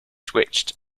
switched